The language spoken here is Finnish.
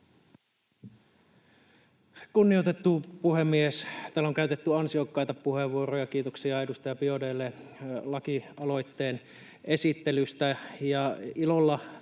Kunnioitettu puhemies! Täällä on käytetty ansiokkaita puheenvuoroja. Kiitoksia edustaja Biaudet’lle lakialoitteen esittelystä.